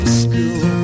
school